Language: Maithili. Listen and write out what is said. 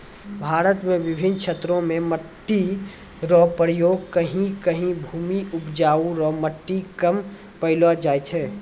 भारत मे बिभिन्न क्षेत्र मे मट्टी रो प्रकार कहीं कहीं भूमि उपजाउ रो मट्टी कम पैलो जाय छै